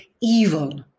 evil